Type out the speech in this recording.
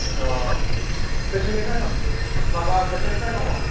अ बेसेनिफाय दं माबा बेसेनिफाय दङ